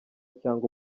cyangwa